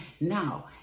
Now